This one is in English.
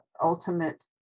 ultimate